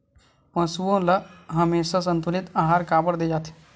पशुओं ल हमेशा संतुलित आहार काबर दे जाथे?